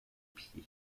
pied